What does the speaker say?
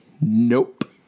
Nope